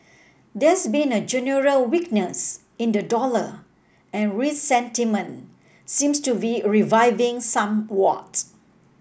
there's been a general weakness in the dollar and risk sentiment seems to be reviving somewhat